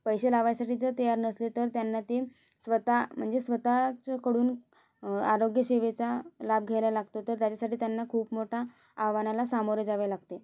पैसे लावायसाठी जर तयार नसले तर त्यांना ते स्वतः म्हणजे स्वतःच्याकडून आरोग्यसेवेचा लाभ घ्यायला लागते तर त्याच्यासाठी त्यांना खूप मोठा आव्हानाला सामोरे जावे लागते